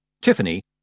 Tiffany